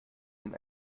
nimm